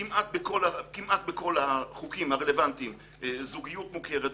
כמעט בכל החוקים הרלוונטיים זוגיות מוכרת,